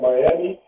Miami